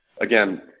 again